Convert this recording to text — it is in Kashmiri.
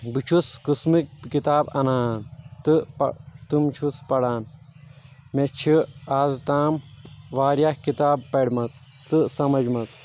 بہٕ چھُس قسمٕکۍ کِتاب انان تہٕ تِم چھُس پران مےٚ چھِ آز تام واریاہ کِتاب پٔرمٕژ تہٕ سمجمٕژ